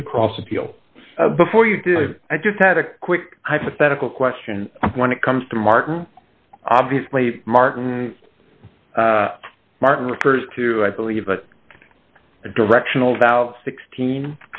to the cross appeal before you did i just had a quick hypothetical question when it comes to martin obviously martin martin refers to i believe but a directional about sixteen